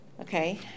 Okay